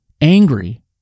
angry